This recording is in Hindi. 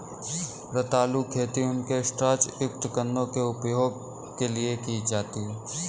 रतालू खेती उनके स्टार्च युक्त कंदों के उपभोग के लिए की जाती है